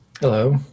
Hello